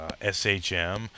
shm